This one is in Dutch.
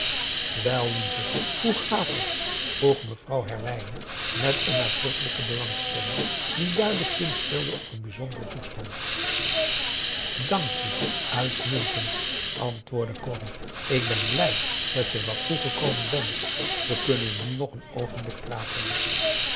wel lieve hoe gaat het vroeg mevrouw herwijnen met een nadrukkelijke belangstelling die duidelijk zinspeelde op een bijzonderen toestand dank je uitmuntend antwoordde corrie ik ben blij dat je wat vroeg gekomen bent we kunnen nu nog een oogenblik praten